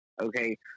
okay